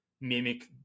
mimic